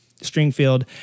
Stringfield